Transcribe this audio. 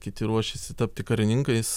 kiti ruošiasi tapti karininkais